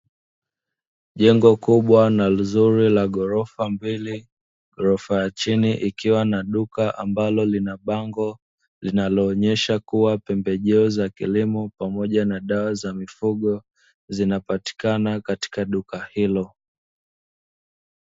Jengo kubwa na lizuri la ghorofa mbili. Ghorofa ya chini ikiwa na duka ambalo lina bango, linaloonyesha kuwa pembejeo za kilimo pamoja na dawa za mifugo, zinapatikana katika duka hilo.